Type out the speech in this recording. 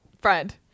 friend